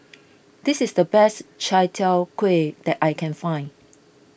this is the best Chai Tow Kway that I can find